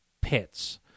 pits